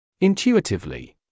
intuitively